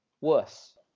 Worse